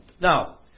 Now